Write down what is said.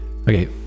Okay